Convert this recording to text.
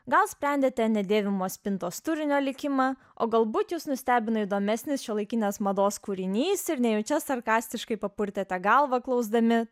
gal sprendėte nedėvimos spintos turinio likimą o galbūt jus nustebino įdomesnis šiuolaikinės mados kūrinys ir nejučia sarkastiškai papurtėte galvą klausdami